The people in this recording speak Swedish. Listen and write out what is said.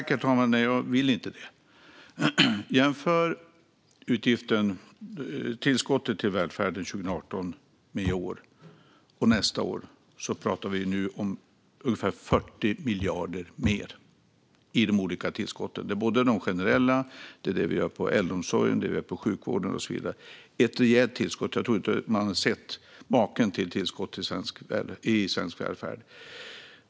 Herr talman! Nej, jag vill inte det. Jämför utgiften för tillskottet till välfärden 2018 med detta år och nästa år! Då pratar vi om ungefär 40 miljarder mer i de olika tillskotten. Det är generellt samt äldreomsorgen och sjukvården, och så vidare. Jag tror inte att man har sett maken till tillskott i svensk välfärd.